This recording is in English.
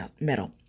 metal